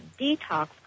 detox